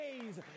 days